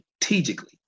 strategically